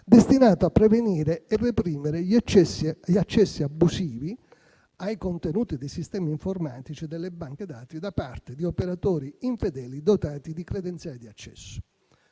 destinato a prevenire e reprimere gli accessi abusivi ai contenuti dei sistemi informatici e delle banche dati da parte di operatori infedeli dotati di credenziali di accesso.